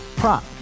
prop